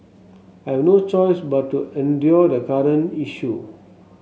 I have no choice but to endure the current issue